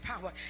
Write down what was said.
power